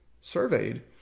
surveyed